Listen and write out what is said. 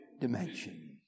dimension